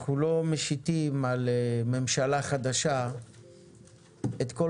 אנחנו לא משיתים על ממשלה חדשה את כל